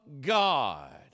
God